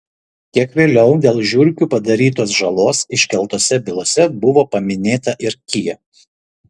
kiek vėliau dėl žiurkių padarytos žalos iškeltose bylose buvo paminėta ir kia